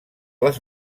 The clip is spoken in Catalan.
les